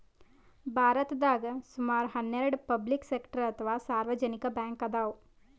ಭಾರತದಾಗ್ ಸುಮಾರ್ ಹನ್ನೆರಡ್ ಪಬ್ಲಿಕ್ ಸೆಕ್ಟರ್ ಅಥವಾ ಸಾರ್ವಜನಿಕ್ ಬ್ಯಾಂಕ್ ಅದಾವ್